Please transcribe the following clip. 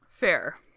fair